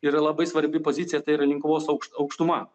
yra labai svarbi pozicija tai yra linkuvos aukš aukštuma